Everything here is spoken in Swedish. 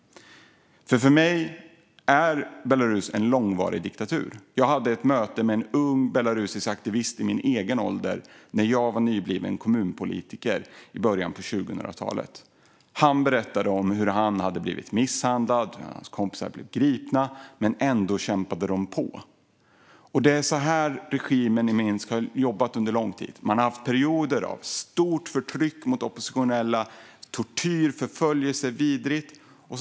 För mig är Belarus en långvarig diktatur. Jag hade ett möte med en ung belarusisk aktivist i min egen ålder när jag var nybliven kommunpolitiker i början av 2000-talet. Han berättade om hur han hade blivit misshandlad och hur hans kompisar hade blivit gripna. Ändå kämpade de på. Det är så här regimen i Minsk har jobbat under lång tid. Man har haft perioder av stort förtryck mot oppositionella, med tortyr och förföljelse, vilket är vidrigt.